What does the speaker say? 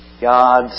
God's